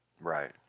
Right